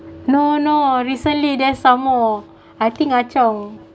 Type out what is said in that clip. no no recently there're some more I think ah chao